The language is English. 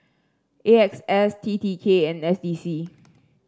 A X S T T K and S D C